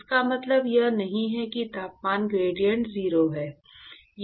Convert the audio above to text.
इसका मतलब यह नहीं है कि तापमान ग्रेडिएंट 0 है